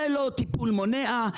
זה לא טיפול מונע,